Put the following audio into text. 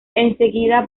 enseguida